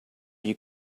you